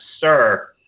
sir